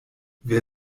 wer